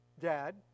dad